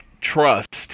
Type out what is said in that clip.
trust